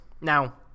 Now –